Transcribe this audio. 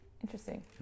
interesting